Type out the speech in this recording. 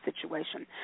situation